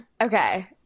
Okay